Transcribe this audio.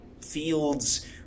fields